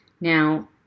Now